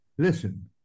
Listen